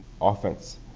offense